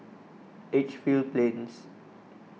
Edgefield Plains